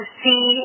see